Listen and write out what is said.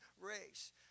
race